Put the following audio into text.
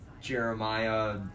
Jeremiah